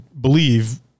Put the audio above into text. believe